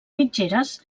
mitgeres